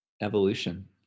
evolution